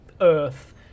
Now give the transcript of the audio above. earth